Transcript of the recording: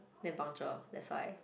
damn punctual that's why